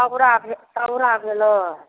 सौरा भे सौरा भेलै